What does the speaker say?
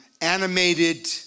animated